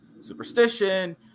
superstition